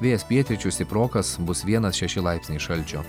vėjas pietryčių stiprokas bus vienas šeši laipsniai šalčio